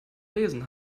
lesen